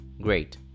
Great